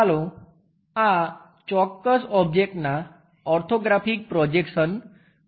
ચાલો આ ચોક્કસ ઓબ્જેક્ટના ઓર્થોગ્રાફિક પ્રોજેક્શન્સ જોઈએ